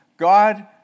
God